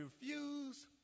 refuse